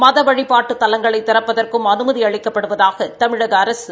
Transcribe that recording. மத வழிபாட்டு தலங்களை திறப்தற்கும் அனுமதி அளிக்கப்படுவதாக தமிழக அரசு கூறியுள்ளது